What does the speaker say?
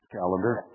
calendar